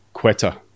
Quetta